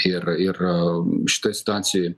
ir ir šitoj situacijoj